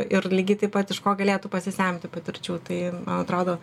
ir lygiai taip pat iš ko galėtų pasisemti patirčių tai atrodo